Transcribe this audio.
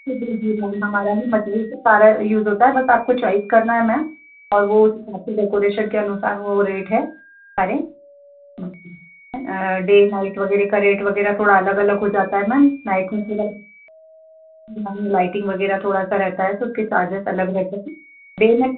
हमारा ही मटेरियल सारा यूज़ होता है बस आपको चॉइस करना है मैम और वह इसी खातिर है डेकोरेशन के अनुसार वह रेट है डे नाइट वगैरह का रेट वगैरह थोड़ा अलग अलग हो जाता है मैम लाइटिंग वगैरह थोड़ा सा रहता है तो उसके चार्जेज अलग रहते हैं डे में